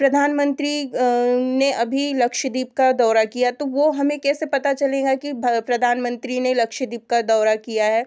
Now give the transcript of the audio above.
प्रधानमंत्री ने अभी लक्षद्वीप का दौरा किया तो वह हमें कैसे पता चलेगा कि भ प्रधानमंत्री ने लक्षद्वीप का दौरा किया है